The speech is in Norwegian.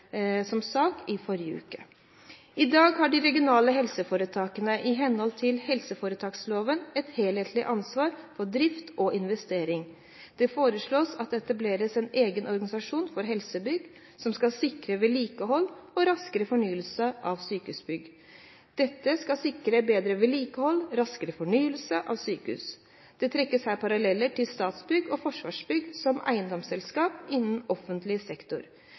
som sak i forrige uke. I dag har de regionale helseforetakene i henhold til helseforetaksloven et helhetlig ansvar for drift og investering. Det foreslås at det etableres en egen organisasjon for helsebygg som skal sikre vedlikehold og raskere fornyelse av sykehusbygg. Det trekkes her paralleller til Statsbygg og Forsvarsbygg som eiendomsselskap innen offentlig sektor.